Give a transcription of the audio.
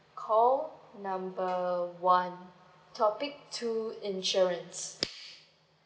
call number one topic two insurance